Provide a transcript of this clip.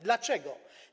Dlaczego?